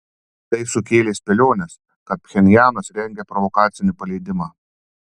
tai sukėlė spėliones kad pchenjanas rengia provokacinį paleidimą